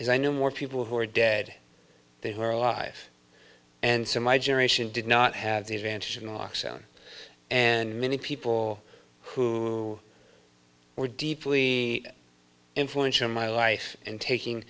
as i knew more people who were dead they were alive and so my generation did not have the advantage and many people who were deeply influential in my life in taking